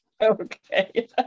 Okay